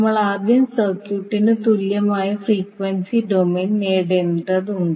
നമ്മൾ ആദ്യം സർക്യൂട്ടിന് തുല്യമായ ഫ്രീക്വൻസി ഡൊമെയ്ൻ നേടേണ്ടതുണ്ട്